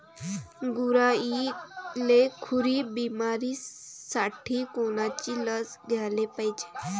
गुरांइले खुरी बिमारीसाठी कोनची लस द्याले पायजे?